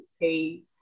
pay